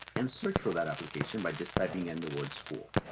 and search for that application by just typing in the word school.